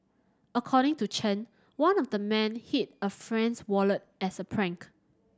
according to Chen one of the men hid a friend's wallet as a prank